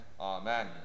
Amen